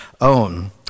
own